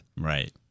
Right